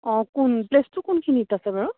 অঁ কোন প্লেচটো কোনখিনিত আছে বাৰু